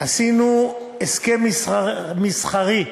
עשינו הסכם מסחרי,